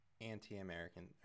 anti-American